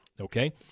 Okay